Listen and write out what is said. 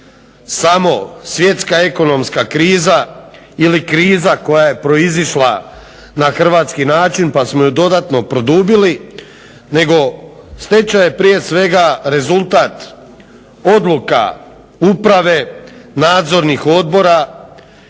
samo svjetska ekonomska kriza ili kriza koja je proizišla na hrvatski način pa smo ju dodatno produbili, nego stečaj je prije svega rezultat odluka uprave, nadzornih odbora.